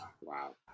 Wow